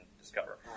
discover